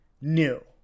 new